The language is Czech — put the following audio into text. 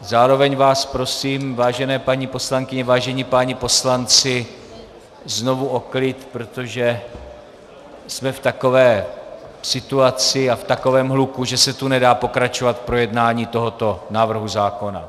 Zároveň vás prosím, vážené paní poslankyně, vážení páni poslanci, znovu o klid, protože jsme v takové situaci a v takovém hluku, že se tu nedá pokračovat v projednání tohoto návrhu zákona.